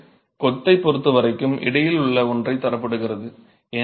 கூடவே கொத்தை பொறுத்த வரைக்கும் இடையில் உள்ள ஒன்றைத் தரப்படுகிறது